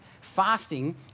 Fasting